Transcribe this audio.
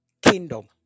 kingdom